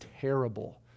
terrible